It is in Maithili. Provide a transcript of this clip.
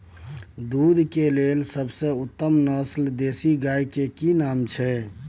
दूध के लेल सबसे उत्तम नस्ल देसी गाय के की नाम छै?